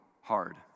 hard